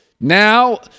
now